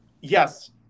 yes